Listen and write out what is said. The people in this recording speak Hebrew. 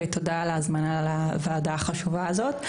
תודה על ההזמנה לוועדה החשובה הזאת.